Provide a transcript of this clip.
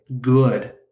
good